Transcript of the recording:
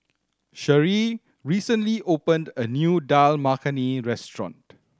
Sharee recently opened a new Dal Makhani Restaurant